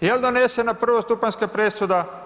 jel donesena prvostupanjska presuda?